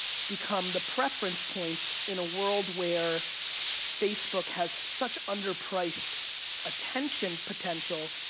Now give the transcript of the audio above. become the preference points in a world where facebook has such underpriced attention potential,